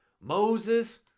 Moses